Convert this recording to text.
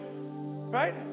right